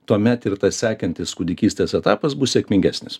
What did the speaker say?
tuomet ir tas sekantis kūdikystės etapas bus sėkmingesnis